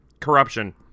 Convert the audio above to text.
corruption